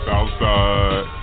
Outside